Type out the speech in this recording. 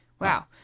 Wow